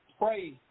Pray